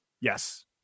yes